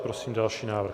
Prosím další návrh.